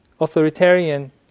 authoritarian